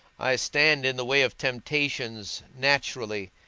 i stand in the way of temptations, naturally,